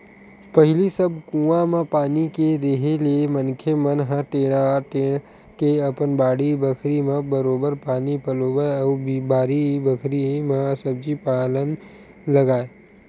पहिली सब कुआं म पानी के रेहे ले मनखे मन ह टेंड़ा टेंड़ के अपन बाड़ी बखरी म बरोबर पानी पलोवय अउ बारी बखरी म सब्जी पान लगाय